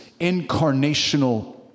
incarnational